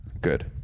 Good